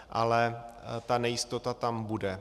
Ale ta nejistota tam bude.